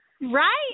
right